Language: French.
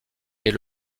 est